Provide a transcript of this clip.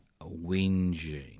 whinging